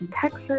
Texas